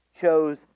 chose